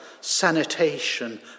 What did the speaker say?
sanitation